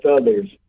others